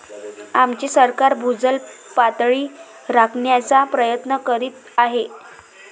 आमचे सरकार भूजल पातळी राखण्याचा प्रयत्न करीत आहे